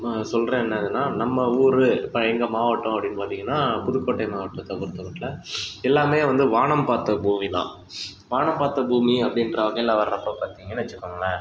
நான் சொல்கிறேன் என்னதுன்னா நம்ம ஊர் இப்போ எங்கள் மாவட்டம் அப்படின்னு பார்த்தீங்கன்னா புதுக்கோட்டை மாவட்டத்தில் பொறுத்தமட்டில் எல்லாமே வந்து வானம் பார்த்த பூமி தான் வானம் பார்த்த பூமி அப்படின்ற வகையில் வர்றப்ப பார்த்தீங்கன்னு வச்சுக்கோங்களேன்